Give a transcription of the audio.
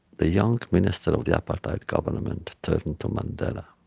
the young minister of the apartheid government turned to mandela